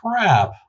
crap